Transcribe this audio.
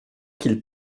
qu’ils